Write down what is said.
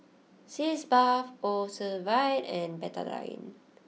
Sitz Bath Ocuvite and Betadine